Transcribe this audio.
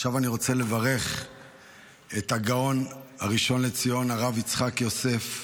עכשיו אני רוצה לברך את הגאון הראשון לציון הרב יצחק יוסף,